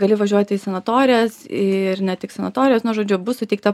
gali važiuoti į sanatorijas ir ne tik sanatorijas nu žodžiu bus suteikta